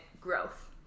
growth